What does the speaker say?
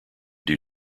due